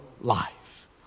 life